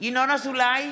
ינון אזולאי,